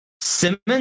Simmons